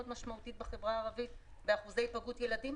משמעותית בחברה הערבית באחוזי היפגעות ילדים.